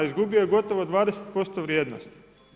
Izgubio je gotovo 20% vrijednosti.